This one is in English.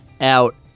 out